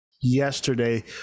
yesterday